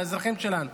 לאזרחים שלנו.